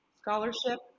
scholarship